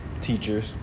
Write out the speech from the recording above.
teachers